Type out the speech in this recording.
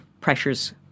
pressures